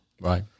Right